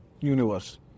universe